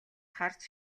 харж